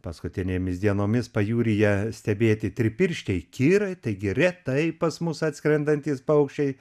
paskutinėmis dienomis pajūryje stebėti tripirščiai kirai taigi retai pas mus atskrendantys paukščiai